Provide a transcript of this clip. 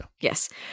Yes